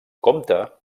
compte